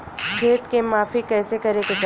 खेत के माफ़ी कईसे करें के चाही?